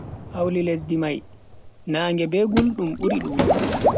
Hawlu lesdi mai naage be guldum buri dudugo